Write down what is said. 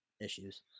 issues